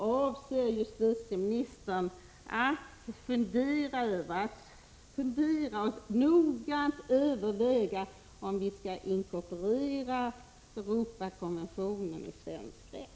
Avser justitieministern att noggrant överväga frågan om att inkorporera Europakonventionen i svensk rätt?